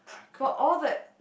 but all that